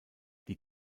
die